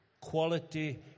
quality